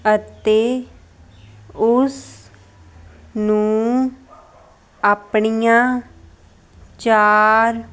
ਅਤੇ ਉਸ ਨੂੰ ਆਪਣੀਆਂ ਚਾਰ